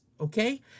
okay